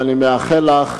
ואני מאחל לך